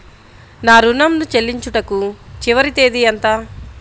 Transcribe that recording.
నా ఋణం ను చెల్లించుటకు చివరి తేదీ ఎంత?